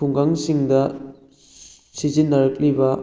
ꯈꯨꯡꯒꯪꯁꯤꯡꯗ ꯁꯤꯖꯤꯟꯅꯔꯛꯂꯤꯕ